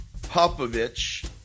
Popovich